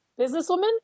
businesswoman